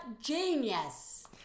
genius